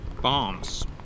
Bombs